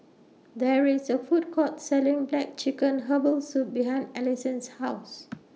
There IS A Food Court Selling Black Chicken Herbal Soup behind Alisson's House